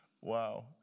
Wow